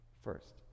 first